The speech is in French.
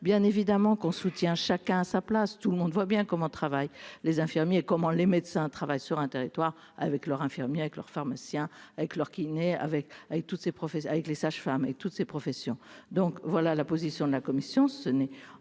bien évidemment qu'on soutient, chacun a sa place, tout le monde voit bien comment travaillent les infirmiers comment les médecins travaillent sur un territoire avec leur infirmiers avec leur pharmacien avec leur qui naît avec, avec toutes ses promesses avec les sages-femmes et toutes ces professions, donc voilà la position de la commission,